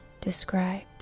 described